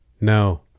no